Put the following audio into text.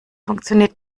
funktioniert